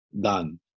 done